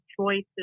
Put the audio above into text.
choices